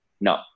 No